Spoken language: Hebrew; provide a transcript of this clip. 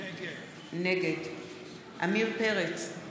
נגד עמיר פרץ,